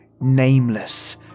nameless